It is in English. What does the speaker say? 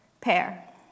pair